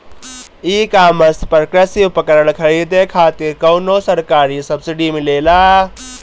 ई कॉमर्स पर कृषी उपकरण खरीदे खातिर कउनो सरकारी सब्सीडी मिलेला?